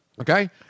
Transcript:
Okay